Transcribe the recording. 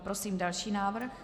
Prosím další návrh.